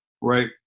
Right